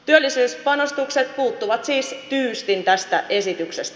työllisyyspanostukset puuttuvat siis tyystin tästä esityksestä